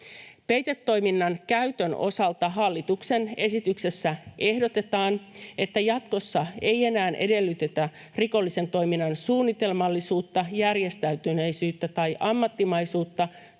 Peitetoiminnan käytön osalta hallituksen esityksessä ehdotetaan, että jatkossa ei enää edellytetä rikollisen toiminnan suunnitelmallisuutta, järjestäytyneisyyttä tai ammattimaisuutta